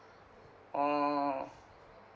orh